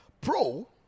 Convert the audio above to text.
Pro